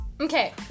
Okay